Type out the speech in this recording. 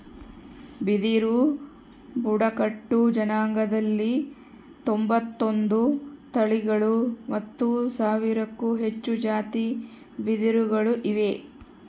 ಬಿದಿರು ಬುಡಕಟ್ಟು ಜನಾಂಗದಲ್ಲಿ ತೊಂಬತ್ತೊಂದು ತಳಿಗಳು ಮತ್ತು ಸಾವಿರಕ್ಕೂ ಹೆಚ್ಚು ಜಾತಿ ಬಿದಿರುಗಳು ಇವೆ